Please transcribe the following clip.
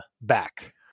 back